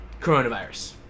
coronavirus